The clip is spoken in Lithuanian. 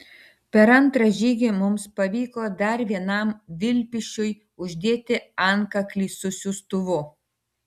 per antrą žygį mums pavyko dar vienam vilpišiui uždėti antkaklį su siųstuvu